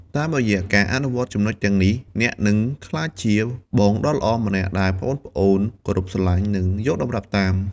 តាមរយៈការអនុវត្តចំណុចទាំងនេះ អ្នកនឹងអាចក្លាយជាបងដ៏ល្អម្នាក់ដែលប្អូនៗគោរពស្រឡាញ់ និងយកតម្រាប់តាម ។